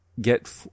get